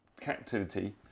captivity